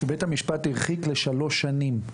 בית המשפט הרחיק לשלוש שנים.